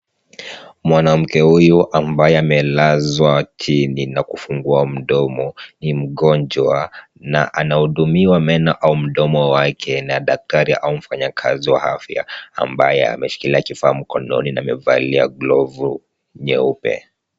Mwanamke huyu ambaye amelazwa chini na kufungua mdomo ni mgonjwa na anahudumiwa meno au mdomo wake na daktari au mfanyakazi wa afya ambaye ameshikilia kifaa mkononi na amevalia glovu nyeupe.